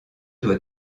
doit